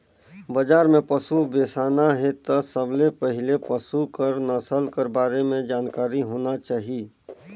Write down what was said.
बजार में पसु बेसाना हे त सबले पहिले पसु कर नसल कर बारे में जानकारी होना चाही